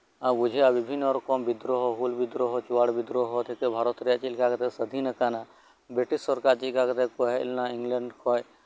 ᱵᱩᱡᱷᱟᱹᱜᱼᱟ ᱵᱤᱵᱷᱤᱱᱱᱚ ᱨᱚᱠᱚᱢ ᱵᱤᱫᱽᱫᱨᱳᱦᱚ ᱦᱩᱞ ᱵᱤᱫᱽᱫᱨᱳᱦᱚ ᱪᱩᱣᱟᱲ ᱵᱤᱫᱽᱫᱨᱳᱦᱚ ᱛᱷᱮᱠᱮ ᱵᱷᱟᱨᱚᱛ ᱨᱮ ᱪᱮᱞᱮᱠᱟ ᱠᱟᱛᱮ ᱥᱟᱫᱷᱤᱱᱟᱠᱟᱱᱟ ᱵᱨᱤᱴᱤᱥ ᱥᱚᱨᱠᱟᱨ ᱪᱮᱫᱞᱮᱠᱟ ᱠᱟᱛᱮ ᱠᱚ ᱦᱮᱡ ᱞᱮᱱᱟ ᱤᱝᱞᱮᱱᱹ ᱠᱷᱚᱡ